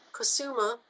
Kosuma